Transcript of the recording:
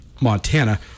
Montana